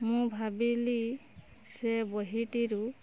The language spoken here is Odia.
ମୁଁ ଭାବିଲି ସେ ବହିଟିରୁ